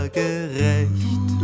gerecht